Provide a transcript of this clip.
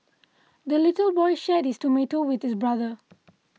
the little boy shared his tomato with his brother